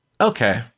Okay